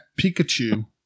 Pikachu